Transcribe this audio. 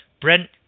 Brent